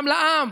גם לעם.